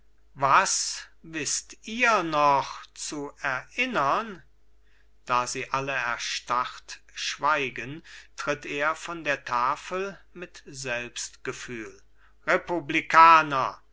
was wißt ihr noch zu erinnern da sie alle erstarrt schweigen tritt er von der tafel mit selbstgefühl republikaner